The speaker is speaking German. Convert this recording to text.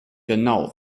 genau